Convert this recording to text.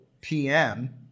PM